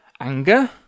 Anger